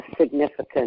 significant